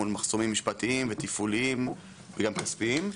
מול מחסומים משפטיים ותפעוליים וגם כספיים.